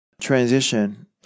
transition